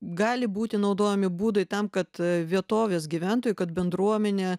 gali būti naudojami būdai tam kad vietovės gyventojui kad bendruomenė